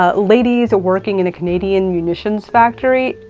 ah ladies working in a canadian munitions factory.